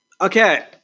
Okay